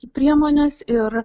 priemones ir